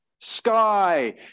sky